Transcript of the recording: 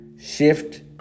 shift